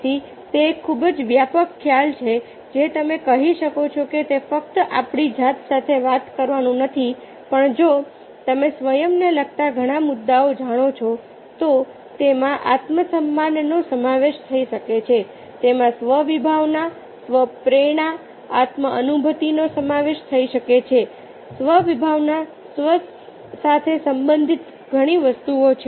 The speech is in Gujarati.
તેથી તે એક ખૂબ જ વ્યાપક ખ્યાલ છે જે તમે કહી શકો છો કે તે ફક્ત આપણી જાત સાથે વાત કરવાનું નથી પણ જો તમે સ્વયંને લગતા ઘણા મુદ્દાઓ જાણો છો તો તેમાં આત્મસન્માનનો સમાવેશ થઈ શકે છે તેમાં સ્વ વિભાવના સ્વ પ્રેરણા આત્મ અનુભૂતિનો સમાવેશ થઈ શકે છે સ્વ વિભાવના સ્વ સાથે સંબંધિત ઘણી વસ્તુઓ છે